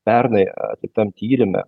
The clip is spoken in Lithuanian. pernai atliktam tyrime